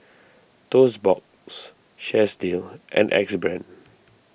Toast Box Chesdale and Axe Brand